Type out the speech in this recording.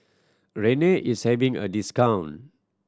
Rene is having a discount